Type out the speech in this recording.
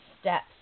steps